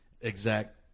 exact